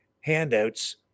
handouts